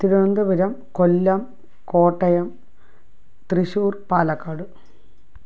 Thiruvananthapuram Kollam Kottayam Thrissur Palakkad